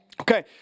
Okay